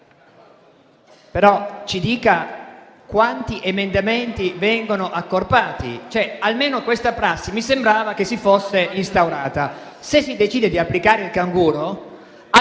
però quanti emendamenti vengono accorpati. Almeno questa prassi mi sembrava che si fosse instaurata. Se si decide di applicare il canguro,